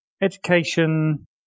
Education